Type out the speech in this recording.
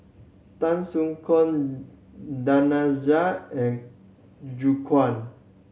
Tan Soo Khoon Danaraj and Gu Kuan